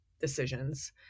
decisions